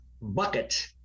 bucket